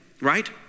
right